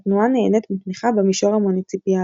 התנועה נהנית מתמיכה במישור המוניציפלי.